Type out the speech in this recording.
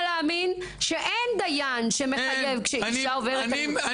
להאמין שאין דיין שמחייב כשאשה עוברת אלימות.